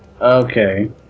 Okay